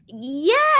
yes